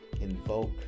invoke